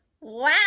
Wow